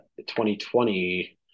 2020